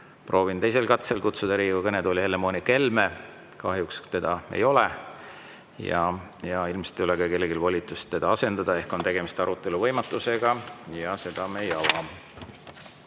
Proovin teisel katsel kutsuda Riigikogu kõnetooli Helle-Moonika Helme. Kahjuks teda ei ole ja ilmselt ei ole ka kellelgi volitust teda asendada ehk on tegemist arutelu võimatusega ja seda me ei ava. Nr